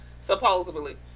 supposedly